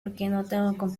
cuatro